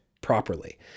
properly